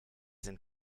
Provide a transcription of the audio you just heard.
sind